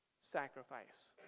sacrifice